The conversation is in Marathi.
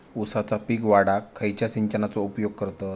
ऊसाचा पीक वाढाक खयच्या सिंचनाचो उपयोग करतत?